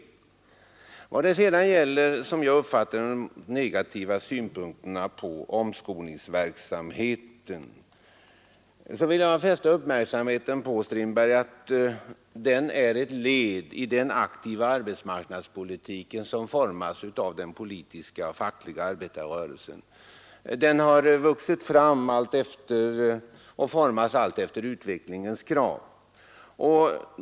I vad sedan gäller de negativa synpunkterna på omskolningsverksamheten vill jag fästa herr Strindbergs uppmärksamhet på att omskolningen är ett led i den aktiva arbetsmarknadspolitik som formas av den politiska och fackliga arbetarrörelsen. Den har vuxit fram och formats alltefter utvecklingens krav.